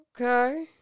Okay